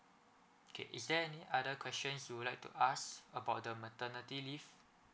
okay is there any other questions you would like to ask about the maternity leave